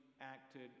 acted